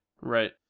Right